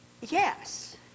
yes